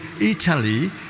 Italy